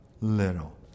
little